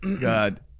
God